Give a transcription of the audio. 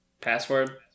Password